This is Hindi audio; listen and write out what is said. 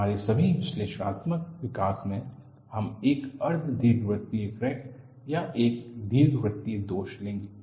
हमारे सभी विश्लेषणात्मक विकास में हम एक अर्धदीर्घवृत्तीय क्रैक या एक दीर्घवृत्तीय दोष लेंगे